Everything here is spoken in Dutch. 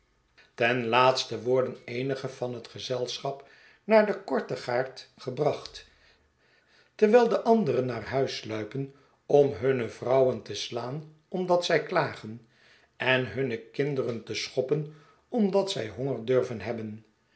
ten laatste worden eenigen van het gezelschap naar de kortegaard gebracht terwijl de anderen naar huis sluipen om hunne vrouwen te slaan omdat zij klagen en hunne kinderen te schoppen omdat zij honger durven hebben